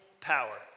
power